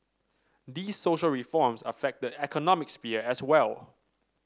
these social reforms affect the economic sphere as well